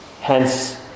hence